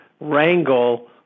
wrangle